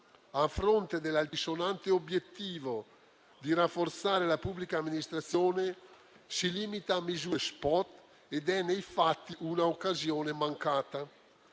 a fronte dell'altisonante obiettivo di rafforzare la pubblica amministrazione, si limita a misure spot ed è, nei fatti, una occasione mancata.